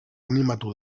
animatu